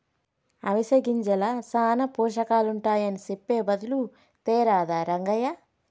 అవిసె గింజల్ల సానా పోషకాలుంటాయని సెప్పె బదులు తేరాదా రంగయ్య